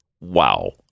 Wow